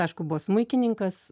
aišku buvo smuikininkas